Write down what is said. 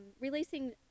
releasing